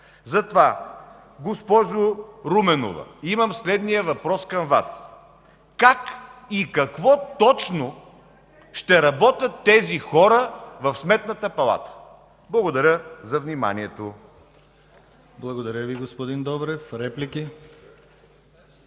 Затова, госпожо Руменова, имам следния въпрос към Вас: как и какво точно ще работят тези хора в Сметната палата? Благодаря за вниманието. ПРЕДСЕДАТЕЛ ДИМИТЪР ГЛАВЧЕВ: Благодаря Ви, господин Добрев. Реплики?